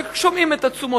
שומעים את התשומות.